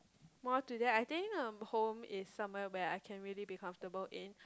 more to that I think um home is somewhere where I can really be comfortable in